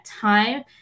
time